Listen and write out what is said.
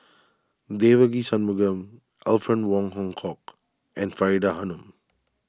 Devagi Sanmugam Alfred Wong Hong Kwok and Faridah Hanum